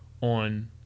on